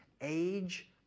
age